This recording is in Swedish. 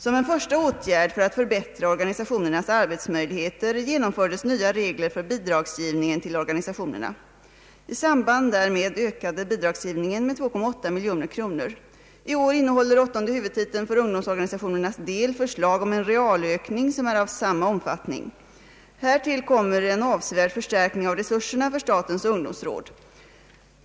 Som en första åtgärd för att förbättra organisationernas arbetsmöjligheter genomfördes nya regler för bidragsgivningen till organisationerna. I samband därmed ökade bidragsgivningen med 2,8 miljoner kronor. I år innehåller åttonde huvudtiteln för ung domsorganisationernas del förslag om en realökning som är av samma omfattning. Härtill kommer en avsevärd förstärkning av resurserna för statens ungdomsråd.